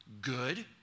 good